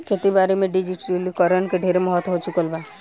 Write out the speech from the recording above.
खेती बारी में डिजिटलीकरण के ढेरे महत्व हो चुकल बा